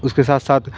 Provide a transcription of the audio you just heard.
उसके साथ साथ